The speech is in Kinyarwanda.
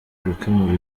gukemura